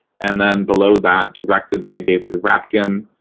and then below that, directed by david rapkin,